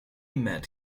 met